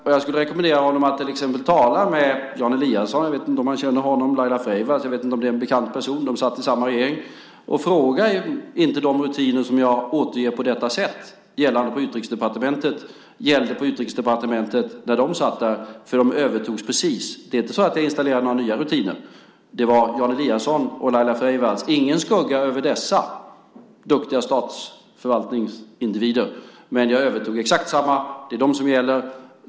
Och jag skulle rekommendera honom att till exempel tala med Jan Eliasson, jag vet inte om han känner honom, och Laila Freivalds, jag vet inte om det är en bekant person, de satt i samma regering, och fråga om inte de rutiner gällande på Utrikesdepartementet som jag återger på detta sätt gällde på Utrikesdepartementet när de satt där, för de övertogs precis. Det är inte så att jag har installerat några nya rutiner. Det var de som Jan Eliasson och Laila Freivalds hade - ingen skugga över dessa duktiga statsförvaltningsindivider - och jag övertog exakt samma rutiner. Det är de som gäller.